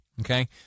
Okay